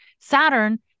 Saturn